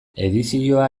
edizioa